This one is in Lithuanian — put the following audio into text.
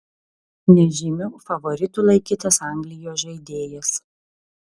nežymiu favoritu laikytas anglijos žaidėjas